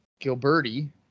Gilberti